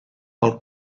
pel